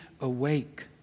awake